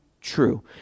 true